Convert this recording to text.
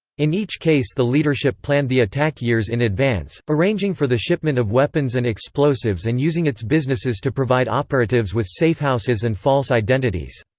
in each case the leadership planned the attack years in advance, arranging for the shipment of weapons and explosives and using its businesses to provide operatives with safehouses and false identities.